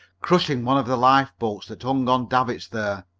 crushing one of the lifeboats that hung on davits there.